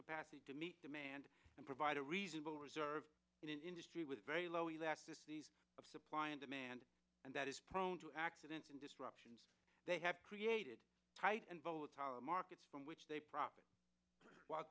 capacity to meet demand and provide a reasonable reserve industry with very low elasticity of supply and demand and that is prone to accidents and disruptions they have created tight and both how the markets from which they profit wh